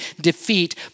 defeat